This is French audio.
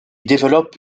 développe